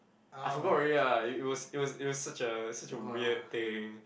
I forgot already lah it was it was it was such a such a weird thing